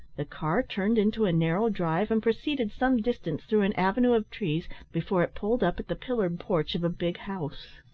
the car turned into a narrow drive, and proceeded some distance through an avenue of trees before it pulled up at the pillared porch of a big house.